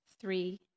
three